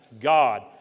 God